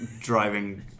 Driving